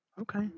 Okay